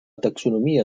taxonomia